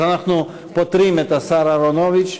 אז אנחנו פוטרים את השר אהרונוביץ.